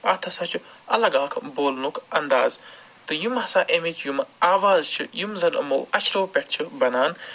اَتھ ہسا چھُ الگ اَکھ بولنُک اَنداز تہٕ یِم ہسا اَمِچ یِم آوازٕ چھِ یِم زَن یِمو اَچھرو پٮ۪ٹھ چھِ بَنان